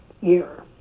year